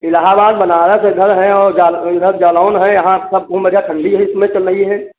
इलाहाबाद बनारस इधर हैं और इधर जालौन हैं यहाँ सब वह मज़ा ठंडी इस समय तो नहीं है